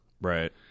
right